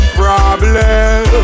problem